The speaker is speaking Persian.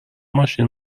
ماشین